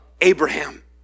Abraham